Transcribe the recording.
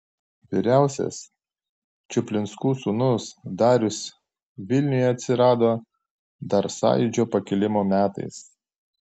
vyriausias čuplinskų sūnus darius vilniuje atsirado dar sąjūdžio pakilimo metais